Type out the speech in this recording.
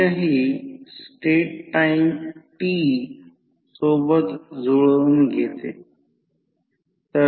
तर step down ट्रान्सफॉर्मरसाठी K जास्त आहे